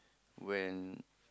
when